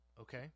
okay